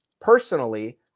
Personally